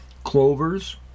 clovers